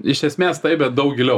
iš esmės taip bet daug giliau